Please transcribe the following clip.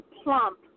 plump